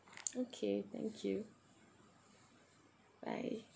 okay thank you bye